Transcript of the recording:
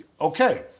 Okay